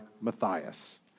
Matthias